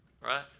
right